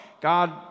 God